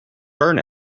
burn